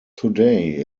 today